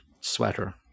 sweater